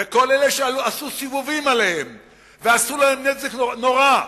וכל אלה שעשו סיבובים עליהם ועשו להם נזק נורא,